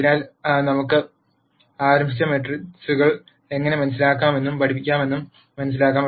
അതിനാൽ നമുക്ക് ആരംഭിച്ച് മെട്രിക്സുകൾ എങ്ങനെ മനസിലാക്കാമെന്നും പഠിക്കാമെന്നും മനസിലാക്കാം